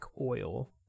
oil